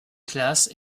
classe